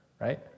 right